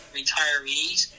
retirees